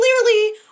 clearly